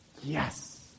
Yes